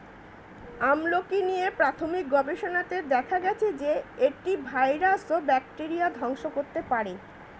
আমলকী নিয়ে প্রাথমিক গবেষণাতে দেখা গেছে যে, এটি ভাইরাস ও ব্যাকটেরিয়া ধ্বংস করতে পারে